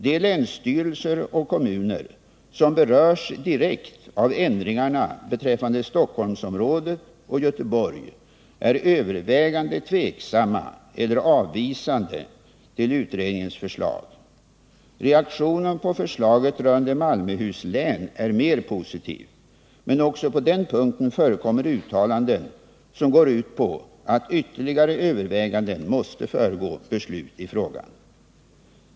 De länsstyrelser och kommuner som berörs direkt av ändringarna beträffande Stockholmsområdet och Göteborg är övervägande tveksamma eller avvisande till utredningens förslag. Reaktionen på förslaget rörande Malmöhus län är mer positiv. Men också på den punkten förekommer uttalanden som går ut på att ytterligare överväganden måste föregå beslut i frågan.